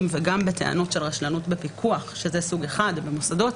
וגם בטענות של רשלנות בפיקוח במוסדות שזה סוג אחד.